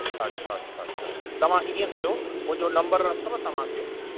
अच्छा अच्छा अच्छा अच्छा तव्हां इअं कयो मुंहिंजो नंबर अथव तव्हांखे